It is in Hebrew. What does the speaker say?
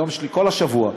כל השבוע,